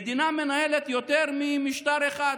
המדינה מנהלת יותר ממשטר אחד,